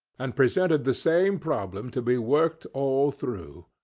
and presented the same problem to be worked all through,